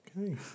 Okay